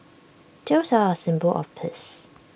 doves are A symbol of peace